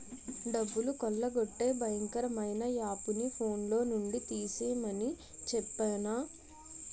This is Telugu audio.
డబ్బులు కొల్లగొట్టే భయంకరమైన యాపుని ఫోన్లో నుండి తీసిమని చెప్పేనా